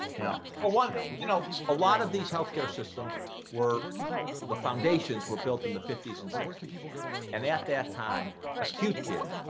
yeah well why um you know a lot of these healthcare systems were the foundations were built in the fifty s and sixty s and at that time acute care,